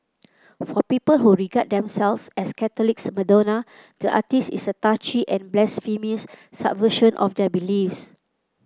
for people who regard themselves as Catholics Madonna the artiste is a touchy and blasphemous subversion of their beliefs